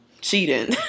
cheating